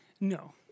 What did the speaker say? No